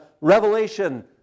Revelation